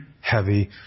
heavy